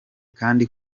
kandi